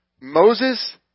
Moses